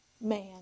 man